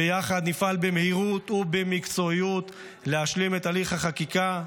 ויחד נפעל במהירות ובמקצועיות להשלים את הליך החקיקה.